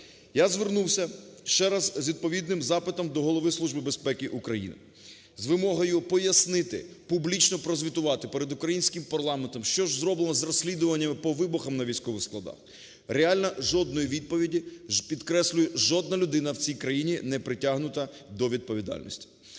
Я звернувся ще раз з відповідним запитом до Голови Служби безпеки України з вимогою пояснити, публічно прозвітувати перед українським парламентом, що ж зроблено з розслідуваннями по вибухам на військових складах. Реально жодної відповіді, підкреслюю, жодна людина в цій країні не притягнута до відповідальності.